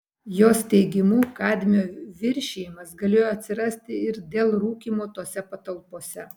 jos teigimu kadmio viršijimas galėjo atsirasti ir dėl rūkymo tose patalpose